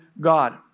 God